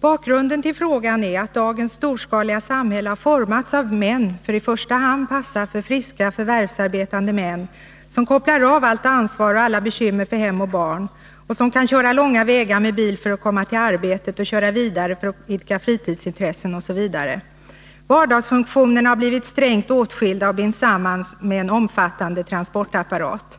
Bakgrunden till min fråga är att dagens storskaliga samhälle har formats av män för att i första hand passa för friska, förvärvsarbetande män, som kopplar av allt ansvar och alla bekymmer för hem och barn och som kan köra långa vägar med bil för att komma till arbetet och köra vidare för att idka fritidsintresseh, osv. Vardagsfunktionerna har blivit strängt åtskilda och binds samman med en omfattande transportapparat.